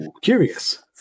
Curious